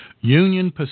Union